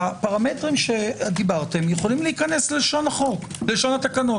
הפרמטרים שדיברתם יכולים להיכנס ללשון התקנות.